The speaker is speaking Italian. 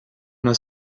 una